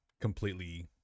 completely